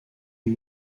une